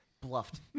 bluffed